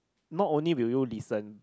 not only will you listen